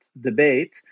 debate